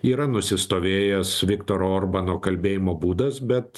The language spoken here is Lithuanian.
yra nusistovėjęs viktoro orbano kalbėjimo būdas bet